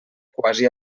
quasi